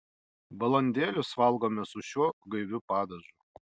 balandėlius valgome su šiuo gaiviu padažu